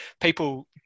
people